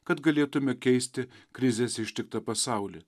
kad galėtume keisti krizės ištiktą pasaulį